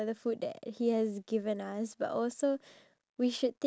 if let's say I were to give a chicken